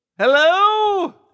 Hello